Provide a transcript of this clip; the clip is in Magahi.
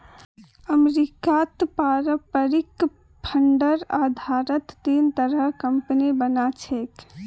अमरीकात पारस्परिक फंडेर आधारत तीन तरहर कम्पनि बना छेक